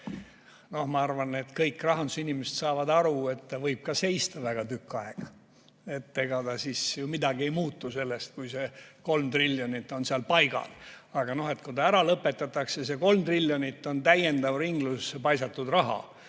et ma arvan, kõik rahandusinimesed saavad aru, et ta võib ka seista väga tükk aega. Ega ju midagi ei muutu sellest, kui see 3 triljonit on seal paigal. Aga kui ta ära lõpetatakse, siis see 3 triljonit on täiendav ringlusse paisatud raha.